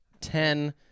Ten